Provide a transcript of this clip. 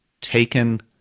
taken